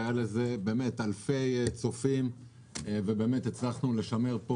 היו לזה אלפי צופים והצלחנו לשמר פה